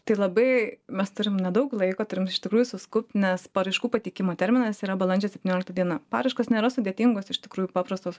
tai labai mes turim nedaug laiko turim iš tikrųjų suskubt nes paraiškų pateikimo terminas yra balandžio septyniolikta diena paraiškos nėra sudėtingos iš tikrųjų paprastos